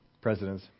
presidents